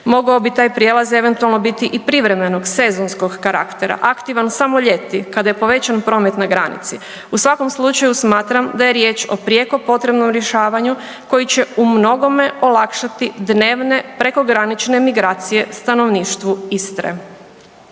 Mogao bi taj prijelaz eventualno biti i privremenog sezonskog karaktera, aktivan samo ljeti kada je povećan promet na granici. U svakom slučaju smatram da je riječ o prijeko potrebno rješavanju koji će umnogome olakšati dnevne prekogranične migracije stanovništvu Istre.